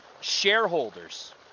shareholders